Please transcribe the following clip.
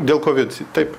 dėl covid taip